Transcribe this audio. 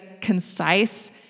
concise